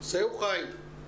זהו, חיים?